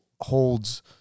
holds